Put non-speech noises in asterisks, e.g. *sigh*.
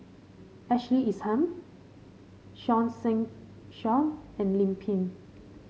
Ashley Isham Seah *unintelligible* Seah and Lim Pin